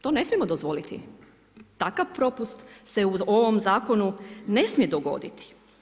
To ne smijemo dozvoliti, takav propust se u ovom zakonu ne smije dogoditi.